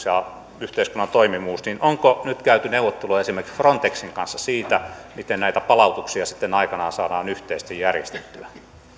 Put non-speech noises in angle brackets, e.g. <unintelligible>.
<unintelligible> ja yhteiskunnan toimivuus onko nyt käyty neuvotteluja esimerkiksi frontexin kanssa siitä miten näitä palautuksia sitten aikanaan saadaan yhteisesti järjestettyä